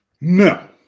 No